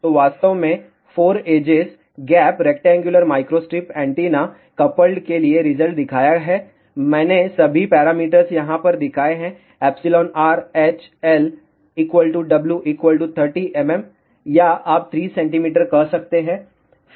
तो मैं वास्तव में 4 edges gap rectangular microstrip antenna coupled के लिए रिजल्ट दिखाया है मैंने सभी पैरामीटर्स यहां पर दिखाए हैं εrh L W 30 mm या आप 3 cm कह सकते हैं